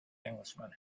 englishman